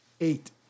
Eight